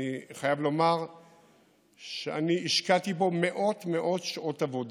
אני חייב לומר שאני השקעתי בו מאות מאות שעות עבודה,